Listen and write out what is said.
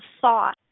thought